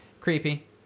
Creepy